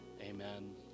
Amen